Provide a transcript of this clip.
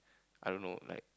I don't know like